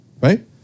right